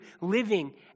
living